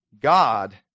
God